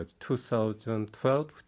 2012